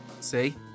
See